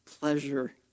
pleasure